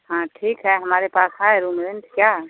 हाँ ठीक है हमारे पास है रूम रेंट क्या